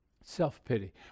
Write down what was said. Self-pity